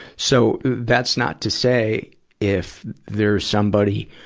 so, that's not to say if there's somebody,